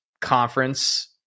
conference